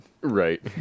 Right